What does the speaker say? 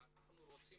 עכשיו אנחנו רוצים